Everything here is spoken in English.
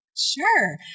Sure